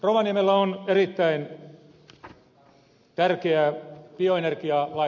rovaniemellä on erittäin tärkeä bioenergialaitoshanke